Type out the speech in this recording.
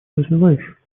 развивающихся